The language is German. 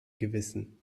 gewissen